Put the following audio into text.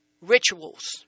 rituals